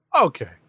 Okay